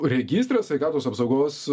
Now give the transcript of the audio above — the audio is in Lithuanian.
registras sveikatos apsaugos